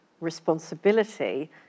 responsibility